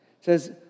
says